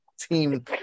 team